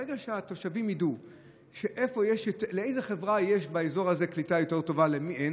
ברגע שהתושבים ידעו לאיזו חברה יש באזור הזה קליטה יותר טובה ולמי אין,